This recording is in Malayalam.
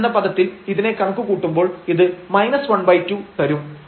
11 എന്ന പദത്തിൽ ഇതിനെ കണക്കുകൂട്ടുമ്പോൾ ഇത് ½ തരും